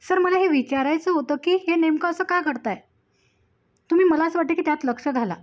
sir मला हे विचारायचं होतं की हे नेमकं असं का करताय तुम्ही मला असं वाटते की त्यात लक्ष घाला